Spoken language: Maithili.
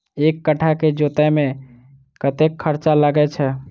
एक कट्ठा केँ जोतय मे कतेक खर्चा लागै छै?